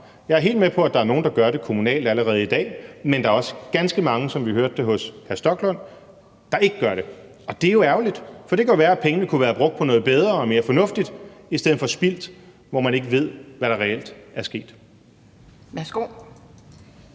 Jeg er helt med på, at der kommunalt er nogle, der gør det allerede i dag, men der er også ganske mange, som vi hørte det fra hr. Rasmus Stoklund, der ikke gør det. Det er ærgerligt, for det kan jo være, at pengene kunne have været brugt på noget bedre og mere fornuftigt i stedet for at være spildt, fordi man ikke ved, hvad der reelt er sket.